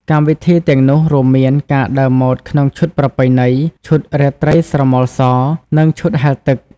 កម្មវិធីទាំងនោះរួមមានការដើរម៉ូដក្នុងឈុតប្រពៃណី ឈុតរាត្រីស្រមោសរ និងឈុតហែលទឹក។